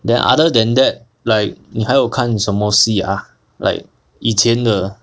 then other than that like 你还有看什么戏 ah like 以前的